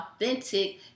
authentic